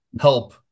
help